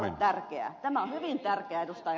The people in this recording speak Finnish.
tämä on hyvin tärkeää ed